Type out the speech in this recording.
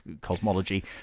cosmology